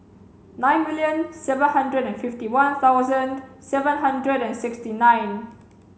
nine million seven hundred and fifty one thousand seven hundred and sixty nine